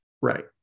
Right